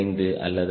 5 அல்லது 5